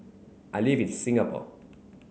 I live in Singapore